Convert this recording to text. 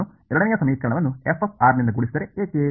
ನಾನು ಎರಡನೇ ಸಮೀಕರಣವನ್ನು f ನಿಂದ ಗುಣಿಸಿದರೆ ಏಕೆ